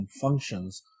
functions